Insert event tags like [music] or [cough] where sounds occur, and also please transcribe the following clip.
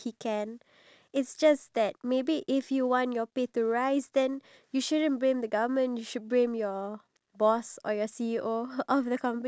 you have to blame yourself because [noise] the amount that you take in order for you to do your work actually reflects your monthly income